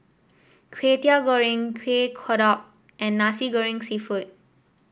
Kway Teow Goreng Kueh Kodok and Nasi Goreng seafood